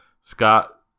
Scott